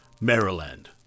Maryland